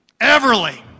Everly